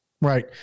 right